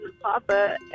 papa